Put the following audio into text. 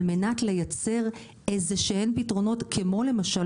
על-מנת לייצר איזה שהם פתרונות כמו למשל